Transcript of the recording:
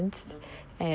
mmhmm